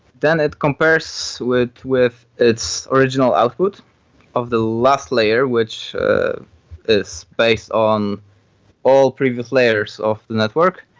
then it compares with with its original output of the last layer, which is based on all previous layers of the network.